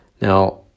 Now